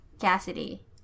Cassidy